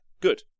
good